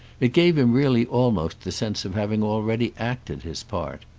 it gave him really almost the sense of having already acted his part.